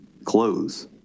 Clothes